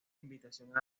invitación